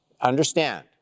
understand